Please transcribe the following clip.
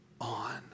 on